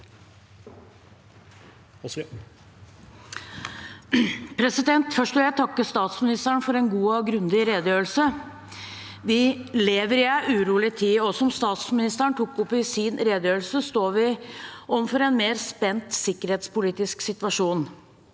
Først vil jeg takke statsministeren for en god og grundig redegjørelse. Vi lever i en urolig tid, og som statsministeren tok opp i sin redegjørelse, står vi overfor en mer spent sik